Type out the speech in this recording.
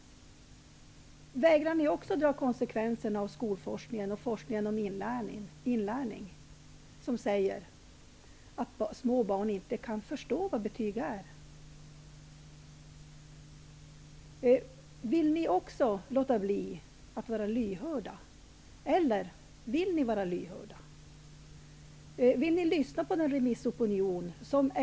Vägrar ni att dra några slutsatser av skolforskningen och forskningen om inlärning, där det sägs att små barn inte kan förstå vad betyg är? Vill ni också låta bli att vara lyhörda, eller vill ni vara det? Vill ni lyssna på remissopinionen?